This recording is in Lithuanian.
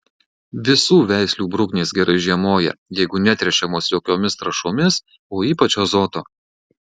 visų veislių bruknės gerai žiemoja jeigu netręšiamos jokiomis trąšomis o ypač azoto